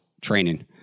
training